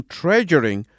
treasuring